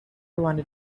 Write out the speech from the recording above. wanted